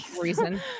reason